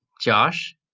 Josh